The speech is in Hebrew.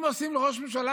אם עושים לראש ממשלה,